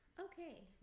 okay